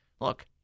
Look